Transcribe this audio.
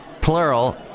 Plural